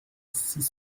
six